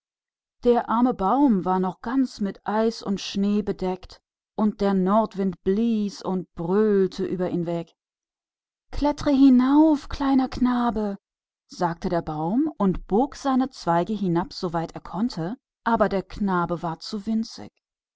der arme baum war noch ganz bedeckt mit frost und schnee und der nordwind blies und heulte über ihm klettre herauf kleiner junge sagte der baum und senkte seine äste so tief er konnte aber der junge war zu